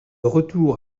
retour